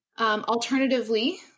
Alternatively